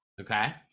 Okay